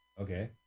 Okay